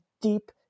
deep